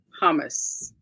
hummus